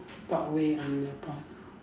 parkway underpass